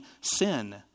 sin